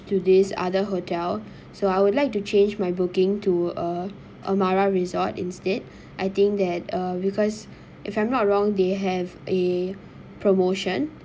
to this other hotel so I would like to change my booking to uh amara resort instead I think that uh because if I'm not wrong they have a promotion